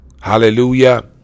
Hallelujah